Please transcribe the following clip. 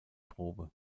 probe